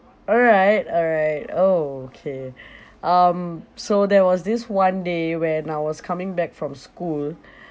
alright alright okay um so there was this one day when I was coming back from school